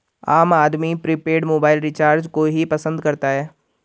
आम आदमी prepaid mobile recharge को ही पसंद करता है